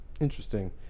Interesting